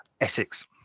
Essex